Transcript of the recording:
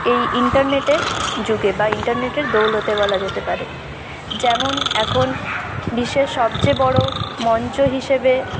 এই ইন্টারনেটের যুগে বা ইন্টারনেটের দৌলতে বলা যেতে পারে যেমন এখন বিশ্বের সবচেয়ে বড় মঞ্চ হিসেবে